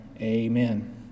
Amen